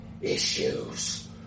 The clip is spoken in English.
issues